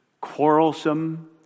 quarrelsome